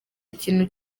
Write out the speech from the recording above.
ikintu